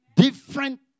Different